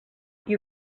you